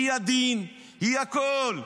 היא הדין, היא הכול.